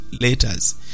letters